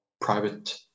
private